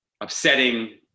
upsetting